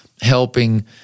helping